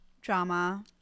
Drama